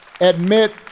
admit